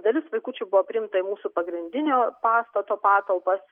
dalis vaikučių buvo priimta į mūsų pagrindinio pastato patalpas